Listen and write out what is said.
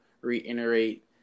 reiterate